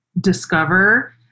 discover